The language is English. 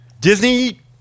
Disney